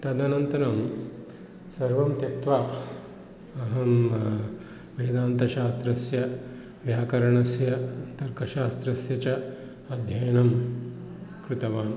तदनन्तरं सर्वं त्यक्त्वा अहं वेदान्तशास्त्रस्य व्याकरणस्य तर्कशास्त्रस्य च अध्ययनं कृतवान्